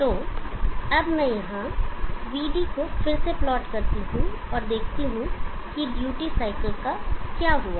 तो अब मैं यहाँVd को फिर से प्लॉट करता हूँ और देखता हूँ कि ड्यूटी साइकिल का क्या हुआ